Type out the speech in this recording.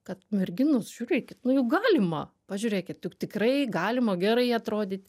kad merginos žiūrėkit nu juk galima pažiūrėkit juk tikrai galima gerai atrodyt